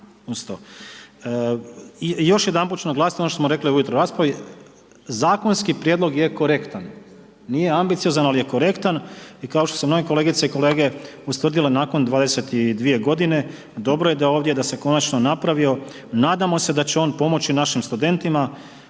to. Još jedanput ću naglasiti ono što smo rekli u … /ne razumije se/… zakonski prijedlog je korektan. Nije ambiciozan, ali je korektan. I kao što su mnoge kolegice i kolege ustvrdile nakon 22 godine dobro je da je ovdje da se konačno napravio. Nadamo se da će on pomoći našim studentima